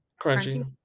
Crunchy